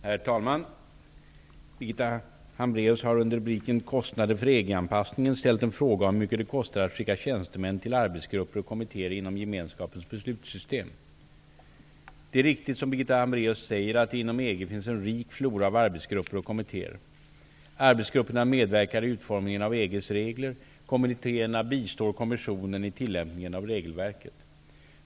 Herr talman! Birgitta Hambraeus har under rubriken ''kostnader för EG-anpassningen'' ställt en fråga om hur mycket det kostar att skicka tjänstemän till arbetsgrupper och kommittéer inom Det är riktigt som Birgitta Hambraeus säger att det inom EG finns en rik flora av arbetsgrupper och kommittéer. Arbetsgrupperna medverkar i utformningen av EG:s regler. Kommittéerna bistår kommissionen i tillämpningen av regelverket.